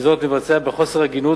בזירות מתבצע בחוסר הגינות,